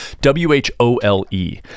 W-H-O-L-E